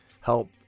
help